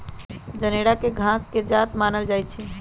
जनेरा के घास के जात मानल जाइ छइ